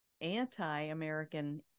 anti-American